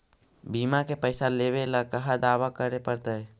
बिमा के पैसा लेबे ल कहा दावा करे पड़तै?